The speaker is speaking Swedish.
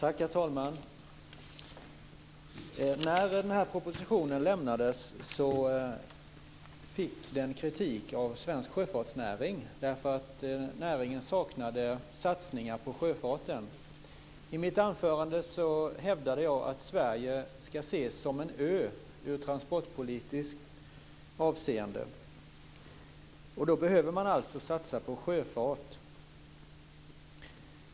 Herr talman! När den här propositionen lämnades fick den kritik av svensk sjöfartsnäring därför att näringen saknade satsningar på sjöfarten. I mitt anförande hävdade jag att Sverige ska ses som en ö i transportpolitiskt avseende. Då behöver man satsa på sjöfart.